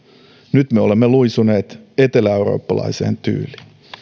nyt me olemme luisuneet eteläeurooppalaiseen tyyliin